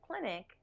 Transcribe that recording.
clinic